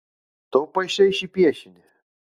tu paišei šį piešinį